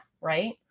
right